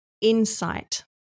insight